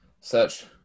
search